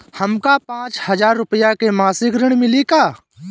हमका पांच हज़ार रूपया के मासिक ऋण मिली का?